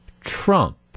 Trump